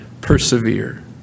Persevere